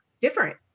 different